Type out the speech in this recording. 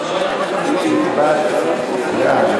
אם אפשר להוסיף אותי לפרוטוקול שהצבעתי בעד,